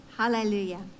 Hallelujah